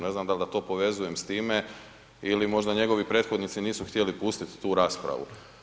Ne znam da li da to povezujem s time, ili možda njegovi prethodnici nisu htjeli pustiti tu raspravu.